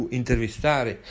intervistare